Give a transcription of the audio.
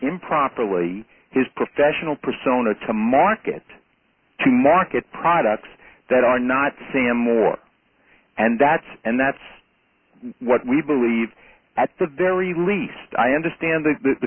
him properly his professional persona to market to market products that are not seeing more and that's and that's what we believe at the very least i understand the